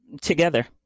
together